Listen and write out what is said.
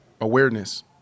awareness